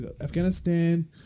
Afghanistan